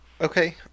Okay